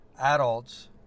adults